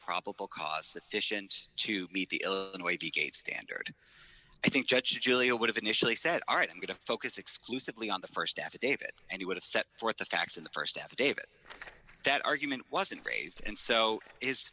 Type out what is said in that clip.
probable cause sufficient to meet the illinois v gates standard i think judge julia would have initially said all right i'm going to focus exclusively on the st affidavit and he would have set forth the facts in the st affidavit that argument wasn't raised and so is